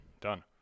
done